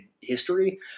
history